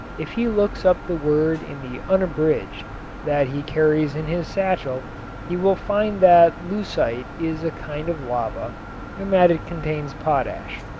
if he looks up the word in the unabridged that he carries in his satchel he will find that leucite is a kind of lava and that it contains potash.